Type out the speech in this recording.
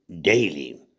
daily